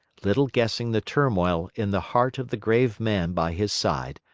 little guessing the turmoil in the heart of the grave man by his side,